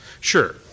Sure